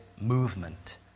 movement